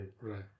Right